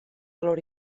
valor